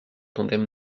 tandem